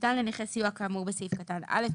ניתן לנכה סיוע כאמור בסעיף קטן (א),